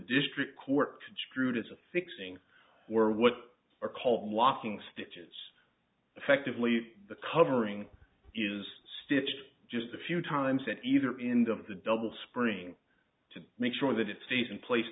district court construed as a fixing or what are called unlocking stitches effectively the covering is stitched just a few times at either end of the double spring to make sure that it stays in place